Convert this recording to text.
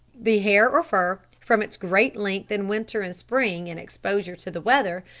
the hair or fur, from its great length in winter and spring and exposure to the weather,